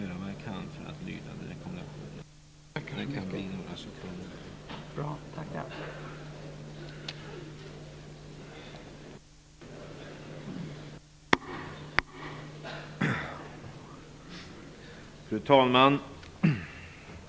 Fru talman!